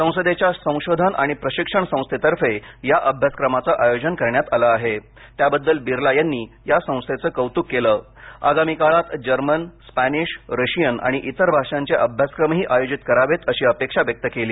संसदेच्या संशोधन आणि प्रशिक्षण संस्थेतर्फे या अभ्यासक्रमाचं आयोजन करण्यात आलं आहे त्याबद्दल बिर्ला यांनी या संस्थेचं कौतुक केलं आगामी काळात जर्मन स्पॅनिश रशियन आणि इतर भाषांचे अभ्यासक्रमही आयोजीत करावेत अशी अपेक्षा व्यक्त केली